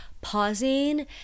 pausing